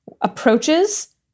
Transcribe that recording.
approaches